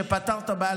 שפתר את הבעיה.